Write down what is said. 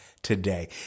Today